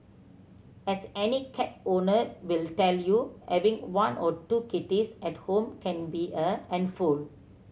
as any cat owner will tell you having one or two kitties at home can be a handful